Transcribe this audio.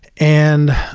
and